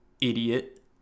idiot